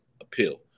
appeal